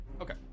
Okay